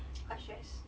quite stress